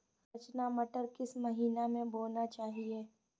रचना मटर किस महीना में बोना चाहिए?